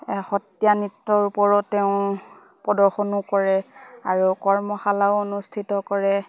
সত্ৰীয়া নৃত্যৰ ওপৰত তেওঁ প্ৰদৰ্শনো কৰে আৰু কৰ্মশালাও অনুষ্ঠিত কৰে